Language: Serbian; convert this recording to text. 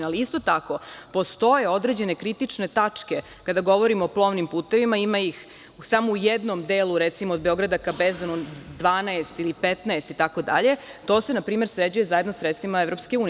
Ali, isto tako, postoje određene kritične tačke, kada govorimo o plovnim putevima, ima ih samo u jednom delu od Beograda ka Bezdanu 12 ili 15 itd, to se npr. sređuje zajedno sredstvima EU.